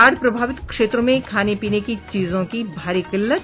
बाढ़ प्रभावित क्षेत्रों में खाने पीने की चीजों की भारी किल्लत